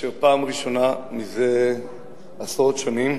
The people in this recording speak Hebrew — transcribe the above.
כאשר פעם ראשונה מזה עשרות שנים